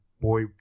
boy